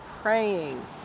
praying